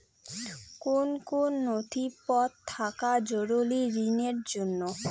কোন কোন নথিপত্র থাকা জরুরি ঋণের জন্য?